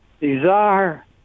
Desire